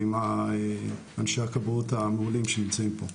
ועם אנשי הכבאות המעולים שנמצאים פה.